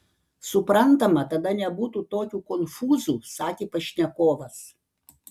suprantama tada nebūtų tokių konfūzų sakė pašnekovas